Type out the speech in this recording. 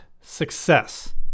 success